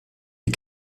die